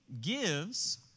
gives